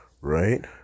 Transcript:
right